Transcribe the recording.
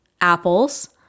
apples